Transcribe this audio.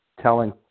telling